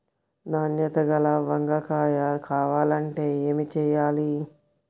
నాణ్యత గల వంగ కాయ కావాలంటే ఏమి చెయ్యాలి?